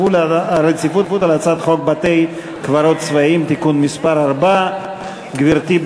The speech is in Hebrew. רציפות על הצעת חוק בתי-קברות צבאיים (תיקון מס' 4). גברתי,